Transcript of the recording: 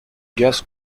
guess